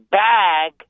bag